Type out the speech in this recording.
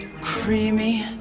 creamy